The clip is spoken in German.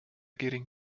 gering